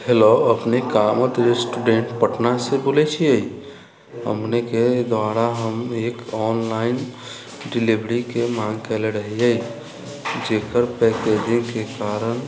hello अपने Kamat restaurant पटनासँ बोलै छियै हमनीके द्वारा हम एक ऑनलाइन डिलेवरीके माङ्ग कयले रहियै जकर पैकेजिंगके कारण